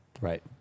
Right